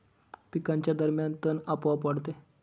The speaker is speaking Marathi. पिकांच्या दरम्यान तण आपोआप वाढते